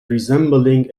resembling